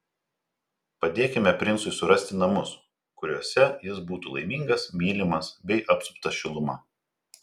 padėkime princui surasti namus kuriuose jis būtų laimingas mylimas bei apsuptas šiluma